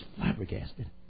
flabbergasted